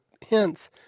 hints